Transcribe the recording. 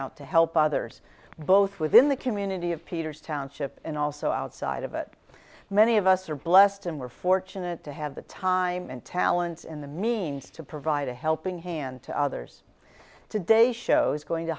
out to help others both within the community of peter's township and also outside of it many of us are blessed and we're fortunate to have the time and talents in the means to provide a helping hand to others today show's going to